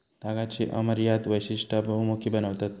तागाची अमर्याद वैशिष्टा बहुमुखी बनवतत